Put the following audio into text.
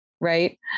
Right